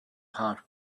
heart